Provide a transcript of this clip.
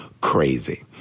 crazy